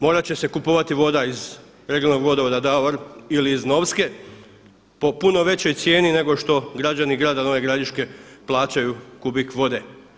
Morat će se kupovati voda iz regionalnog vodovoda Davor ili iz Novske po puno većoj cijeni nego što građani grada Nove Gradiške plaćaju kubik vode.